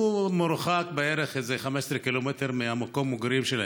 שמרוחקת בערך 15 קילומטרים ממקום המגורים שלהם.